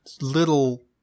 little